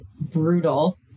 brutal